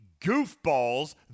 goofballs